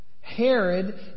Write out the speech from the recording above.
Herod